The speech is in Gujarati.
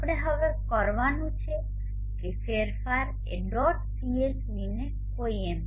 આપણે હવે કરવાનું છે કે ફેરફાર એ ડોટ CSVને કોઈ એમ